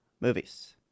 movies